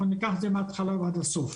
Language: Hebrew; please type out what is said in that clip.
אנחנו ניקח את זה מהתחלה ועד הסוף.